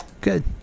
Good